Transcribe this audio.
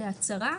בהצהרה,